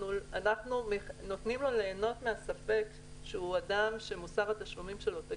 אנחנו נותנים לו ליהנות מהספק שהוא אדם שמוסר התשלומים שלו תקין,